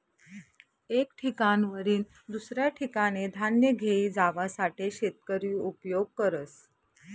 एक ठिकाणवरीन दुसऱ्या ठिकाने धान्य घेई जावासाठे शेतकरी उपयोग करस